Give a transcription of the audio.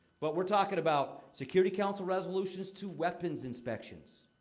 but we're talking about security council resolutions to weapons inspections.